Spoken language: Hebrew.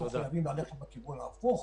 אנחנו חייבים ללכת בכיוון ההפוך.